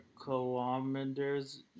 kilometers